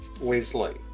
Wesley